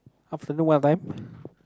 afternoon what time